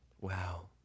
wow